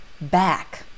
Back